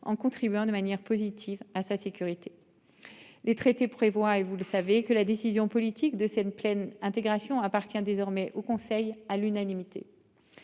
en contribuant de manière positive à sa sécurité. Les traités prévoient et vous le savez, que la décision politique de cette pleine intégration appartient désormais au conseil à l'unanimité.